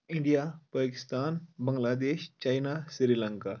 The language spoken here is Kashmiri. India Pakistan Bangladesh China Sri Lanka